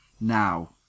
Now